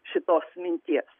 šitos minties